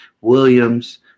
Williams